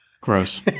Gross